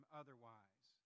otherwise